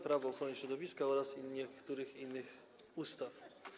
Prawo ochrony środowiska oraz niektórych innych ustaw.